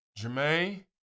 Jermaine